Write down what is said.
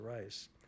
Rice